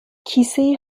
کیسهای